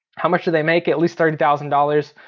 how much do they make? at least thirty thousand dollars.